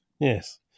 Yes